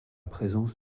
présence